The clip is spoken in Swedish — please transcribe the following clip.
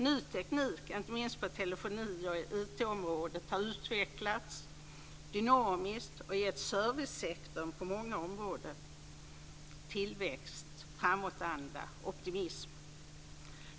Ny teknik, inte minst i fråga om telefoni och på IT-området, har utvecklats dynamiskt och gett servicesektorn på många områden tillväxt, framåtanda och optimism.